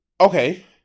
Okay